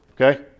okay